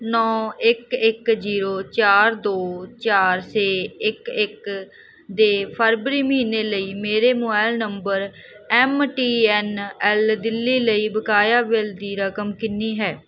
ਨੌਂ ਇੱਕ ਇੱਕ ਜੀਰੋ ਚਾਰ ਦੋ ਚਾਰ ਛੇ ਇੱਕ ਇੱਕ ਦੇ ਫਰਵਰੀ ਮਹੀਨੇ ਲਈ ਮੇਰੇ mobile number M T N L Delhi ਲਈ ਬਕਾਇਆ ਬਿੱਲ ਦੀ ਰਕਮ ਕਿੰਨੀ ਹੈ